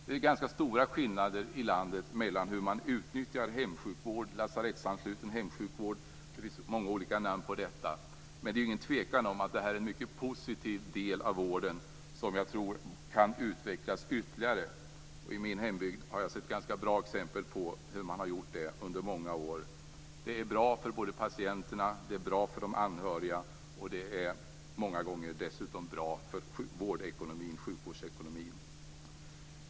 Det är ganska stora skillnader i landet mellan hur man utnyttjar hemsjukvård, eller lasarettsansluten hemsjukvård - det finns olika namn på denna - men det är ingen tvekan om att det är en mycket positiv del av vården, som kan utvecklas ytterligare. I min hembygd har jag sett ganska bra exempel på hur man har gjort det under många år. Det är bra både för patienterna och för de anhöriga, och det är dessutom många gånger bra för sjukvårdsekonomin.